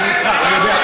אז תרד למטה.